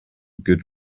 good